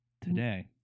Today